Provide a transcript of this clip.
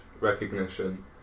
recognition